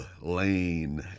lane